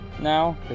now